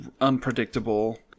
unpredictable